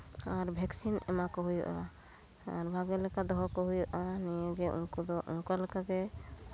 ᱟᱨ ᱵᱷᱮᱠᱥᱤᱱ ᱮᱢᱟ ᱠᱚ ᱦᱩᱭᱩᱜᱼᱟ ᱟᱨ ᱵᱷᱟᱜᱮ ᱞᱮᱠᱟ ᱫᱚᱦᱚ ᱠᱚ ᱦᱩᱭᱩᱜᱼᱟ ᱱᱤᱭᱟᱹᱜᱮ ᱩᱱᱠᱩ ᱫᱚ ᱚᱱᱠᱟ ᱞᱮᱠᱟᱜᱮ